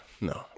No